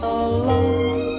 alone